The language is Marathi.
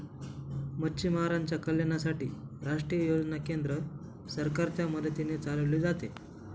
मच्छीमारांच्या कल्याणासाठी राष्ट्रीय योजना केंद्र सरकारच्या मदतीने चालवले जाते